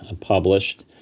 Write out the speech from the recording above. published